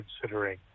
considering